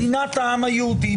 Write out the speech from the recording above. מדינת העם היהודי,